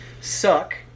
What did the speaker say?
suck